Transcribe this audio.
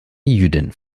jüdin